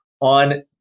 on